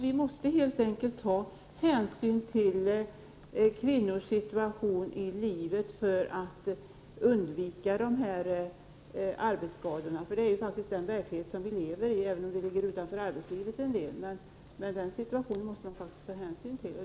Vi måste helt enkelt ta hänsyn till kvinnors situation i livet när det gäller att undvika arbetsskador. Det är faktiskt den verklighet som vi lever i, även om en del av den ligger utanför arbetslivet.